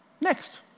Next